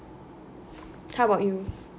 how about you